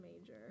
major